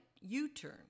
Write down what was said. u-turn